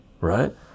right